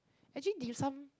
actually dim sum